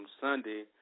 Sunday